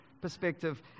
perspective